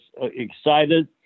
excited